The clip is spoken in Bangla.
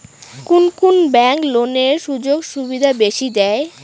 কুন কুন ব্যাংক লোনের সুযোগ সুবিধা বেশি দেয়?